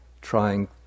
trying